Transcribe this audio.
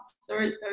sorry